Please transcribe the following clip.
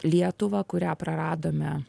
lietuvą kurią praradome